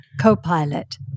Copilot